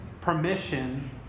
permission